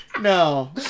No